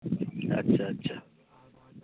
ᱟᱪᱪᱷᱟ ᱟᱪᱪᱷᱟ